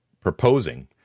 proposing